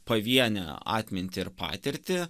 pavienę atmintį ir patirtį